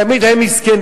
תמיד הם מסכנים,